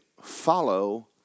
follow